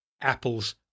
Apple's